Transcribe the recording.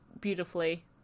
beautifully